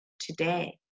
today